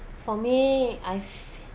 for me I feel